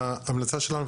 ההמלצה שלנו,